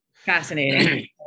Fascinating